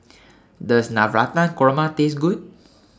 Does Navratan Korma Taste Good